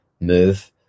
move